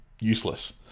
useless